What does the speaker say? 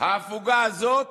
ההפוגה הזאת